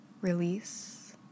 Release